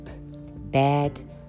bad